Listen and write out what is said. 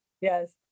Yes